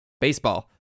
Baseball